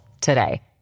today